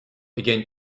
begin